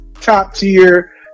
top-tier